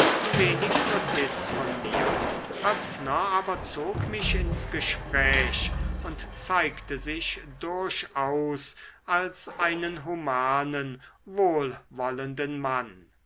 wenig notiz von mir höpfner aber zog mich ins gespräch und zeigte sich durchaus als einen humanen wohlwollenden mann